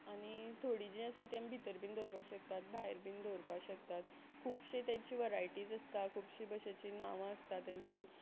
आनी थोडी जी आसा ती आमी भितर बीन दवरपा शकतात भायर बीन दवरपा शकतात खुबशी तांची वरायटीज आसता खुबशीं भशेची नांवां आसता तेंची